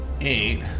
eight